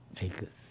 acres